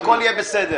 הכול יהיה בסדר.